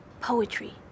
poetry